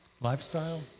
lifestyle